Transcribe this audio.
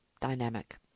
dynamic